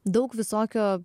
daug visokio